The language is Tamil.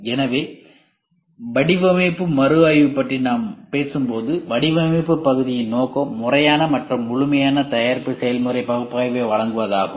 எனவே வடிவமைப்பு மறுஆய்வு பற்றி நாம் பேசும்போது வடிவமைப்பு மதிப்பாய்வின் நோக்கம் முறையான மற்றும் முழுமையான தயாரிப்பு செயல்முறை பகுப்பாய்வை வழங்குவதாகும்